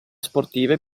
sportive